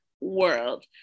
world